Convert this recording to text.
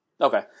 Okay